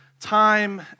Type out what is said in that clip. time